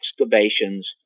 excavations